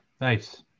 Nice